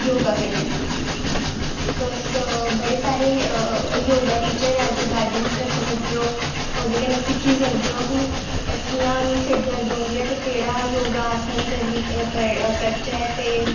योगा कन्नैं तुस बड़े सारे योगा टीचर ऐज़ ए गाईडैंस रक्खी सकदे हो ओह्दे कन्नैं सिक्खी सकदे हो कि कियां मिगी सिरदर्द होंदी ऐ ते केह्ड़ा योगा आसन करियै करचै ते